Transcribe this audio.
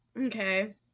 okay